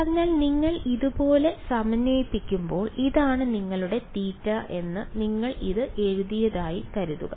അതിനാൽ നിങ്ങൾ ഇതുപോലെ സമന്വയിപ്പിക്കുമ്പോൾ ഇതാണ് നിങ്ങളുടെ തീറ്റ എന്ന് നിങ്ങൾ ഇത് എഴുതിയതായി കരുതുക